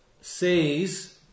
says